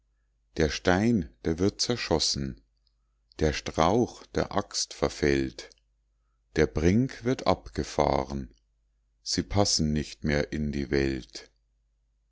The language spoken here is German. der stein der wird zerschossen der strauch der axt verfällt der brink wird abgefahren sie passen nicht mehr in die welt